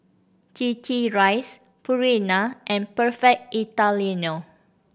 Rice Purina and Perfect Italiano